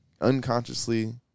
unconsciously